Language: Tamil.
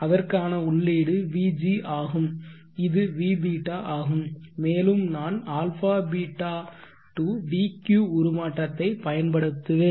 அதற்கான உள்ளீடு v g ஆகும் இது vβ ஆகும் மேலும் நான் αβ to dq உருமாற்றத்தை பயன்படுத்துவேன்